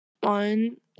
one